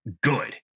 good